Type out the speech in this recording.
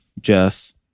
Jess